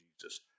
Jesus